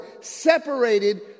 separated